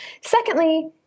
Secondly